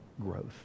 growth